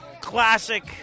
Classic